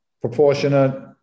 proportionate